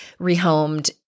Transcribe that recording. rehomed